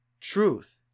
truth